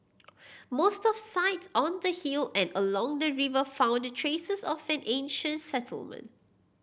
most of sites on the hill and along the river found traces of an ancient settlement